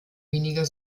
weniger